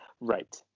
Right